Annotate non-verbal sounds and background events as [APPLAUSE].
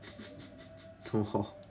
[LAUGHS] 做么